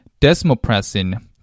desmopressin